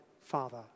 Father